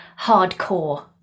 hardcore